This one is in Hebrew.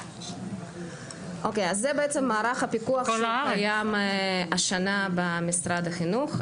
זה בעצם מערך הפיקוח שקיים השנה במשרד החינוך.